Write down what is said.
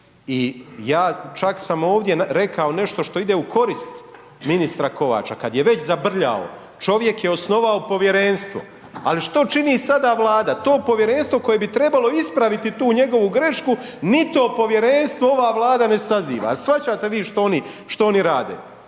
i ja čak sam ovdje rekao nešto što ide u korist ministra Kovača, kad je već zabrljao, čovjek je osnovao povjerenstvo, ali što čini sada Vlada? To povjerenstvo koje bi trebalo ispraviti tu njegovu grešku, ni to povjerenstvo ova Vlada ne saziva, jel shvaćate vi što oni rade?